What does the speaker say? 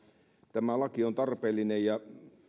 tämä laki on tarpeellinen